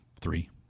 Three